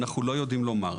אנחנו לא יודעים לומר.